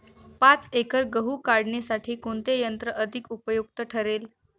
पाच एकर गहू काढणीसाठी कोणते यंत्र अधिक उपयुक्त ठरेल?